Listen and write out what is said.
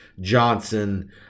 Johnson